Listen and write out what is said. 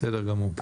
בסדר גמור.